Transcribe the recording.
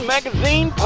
Magazine